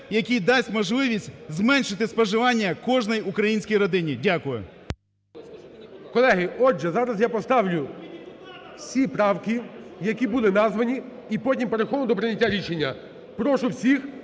який дасть можливість зменшити споживання кожній українській родині. Дякую. ГОЛОВУЮЧИЙ. Колеги, отже, зараз я поставлю всі правки, які були названі і потім – переходимо до прийняття рішення. Прошу всіх